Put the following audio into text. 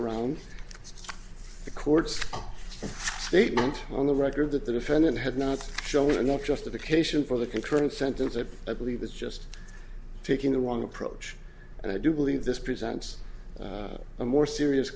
around the courts statement on the record that the defendant had not shown enough justification for the concurrent sentence that i believe is just taking the wrong approach and i do believe this presents a more serious